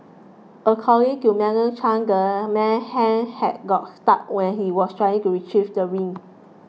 according to Madam Chang the man's hand had got stuck when he was trying to retrieve the ring